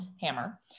Hammer